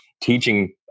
teaching